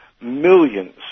millions